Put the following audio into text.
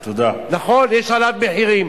נכון, יש העלאת מחירים.